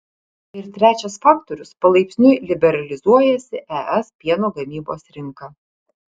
ir trečias faktorius palaipsniui liberalizuojasi es pieno gamybos rinka